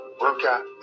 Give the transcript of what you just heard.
Workout